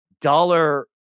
dollar